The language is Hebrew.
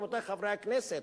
רבותי חברי הכנסת,